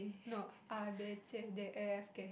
no